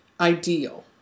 ideal